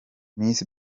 miss